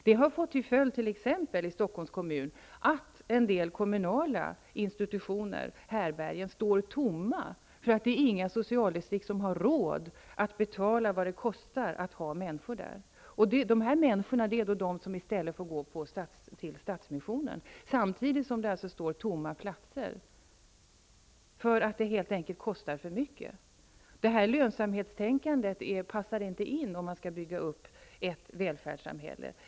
Detta har t.ex. i Stockholms kommun fått till följd att en del kommunala instutioner, härbärgen, står tomma på grund av att inga socialdistrikt har råd att betala vad det kostar att ha människor där. Dessa människor får då i stället gå till Stadsmissionen, samtidigt som det står platser tomma därför att det helt enkelt kostar för mycket. Detta lönsamhetstänkande passar inte in om man skall bygga upp ett välfärdssamhälle.